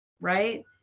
right